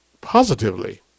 positively